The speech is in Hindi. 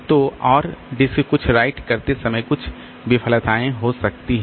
तो और डिस्क कुछ राइट करते समय कुछ विफलताएं हो सकती हैं